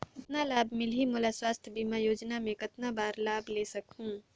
कतना लाभ मिलही मोला? स्वास्थ बीमा योजना मे कतना बार लाभ ले सकहूँ?